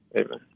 Amen